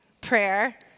prayer